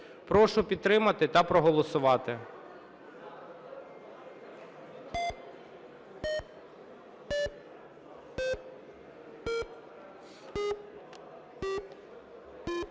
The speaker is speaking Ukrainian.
Прошу підтримати та проголосувати.